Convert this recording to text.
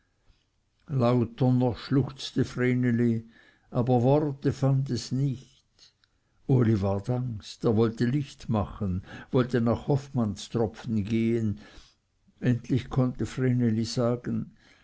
lauter noch schluchzte vreneli aber worte fand es nicht uli ward angst er wollte licht machen wollte nach hoffmannstropfen gehen endlich konnte vreneli sagen